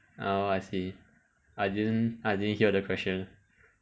oh I see I didn't I didn't hear the question